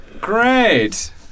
Great